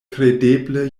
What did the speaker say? kredeble